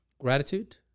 Gratitude